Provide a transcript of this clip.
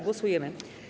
Głosujemy.